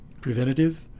preventative